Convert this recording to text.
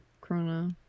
Corona